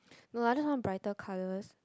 no I don't want brighter colours